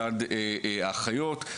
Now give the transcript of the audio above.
מצד האחיות,